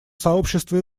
сообщество